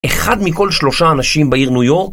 אחד מכל שלושה אנשים בעיר ניו יורק